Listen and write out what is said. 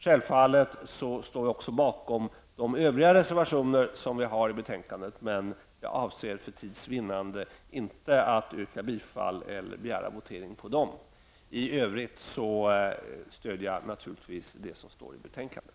Självfallet står jag också bakom de övriga reservationer som vi har fogat till betänkandet, men jag avser för tids vinnande inte att yrka bifall till eller begära votering med anledning av den. I övrigt stödjer jag naturligtvis det som står i betänkandet.